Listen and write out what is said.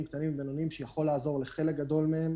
קטנים ובינוניים שיכול לעזור לחלק גדול מהם